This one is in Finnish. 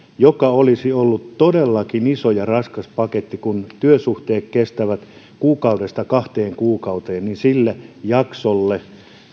mikä olisi ollut todellakin iso ja raskas paketti kun työsuhteet kestävät kuukaudesta kahteen kuukauteen sille jaksolle